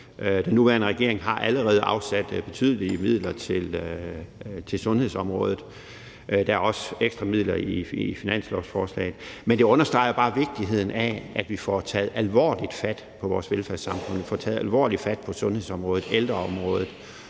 Den nuværende regering har allerede afsat betydelige midler til sundhedsområdet, og der er også ekstra midler i finanslovsforslaget. Men det understreger bare vigtigheden af, at vi får taget alvorligt fat på vores velfærdssamfund, får taget alvorligt fat på sundhedsområdet og ældreområdet